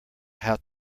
how